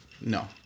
No